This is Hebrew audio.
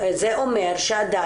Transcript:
אין